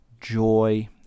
joy